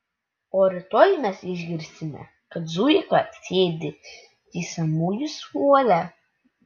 o rytoj mes išgirsime kad zuika sėdi teisiamųjų suole